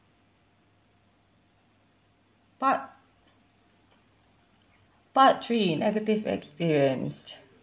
part part three negative experience